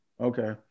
okay